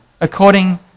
according